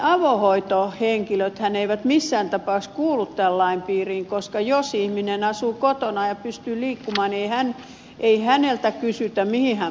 avohoitohenkilöthän eivät missään tapauksessa kuulu tämän lain piiriin koska jos ihminen asuu kotonaan ja pystyy liikkumaan ei häneltä kysytä mihin hän muuttaa